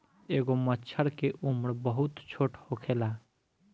एगो मछर के उम्र बहुत छोट होखेला